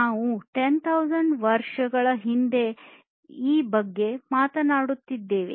ನಾವು 10000 ವರ್ಷಗಳ ಹಿಂದೆ ಈ ಬಗ್ಗೆ ಮಾತನಾಡುತ್ತಿದ್ದೇವೆ